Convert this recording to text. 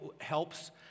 helps